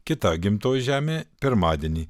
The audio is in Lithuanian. kita gimtoji žemė pirmadienį